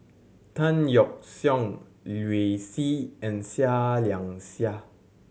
Tan Yeok Seong Liu Si and Seah Liang Seah